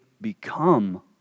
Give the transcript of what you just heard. become